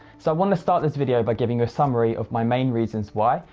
so i want to start this video by giving a summary of my main reasons why.